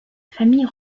famille